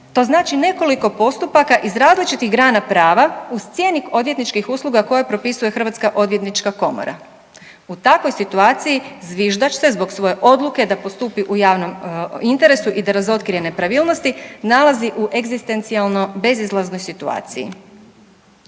to znači nekoliko postupaka iz različitih grana prava, uz cjenik odvjetničkih usluga koje propisuje Hrvatska odvjetnička komora. U takvoj situaciji zviždač se zbog svoje odluke da postupi u javnom interesu i da razotkrije nepravilnosti nalazi u egzistencijalno bezizlaznoj situaciji.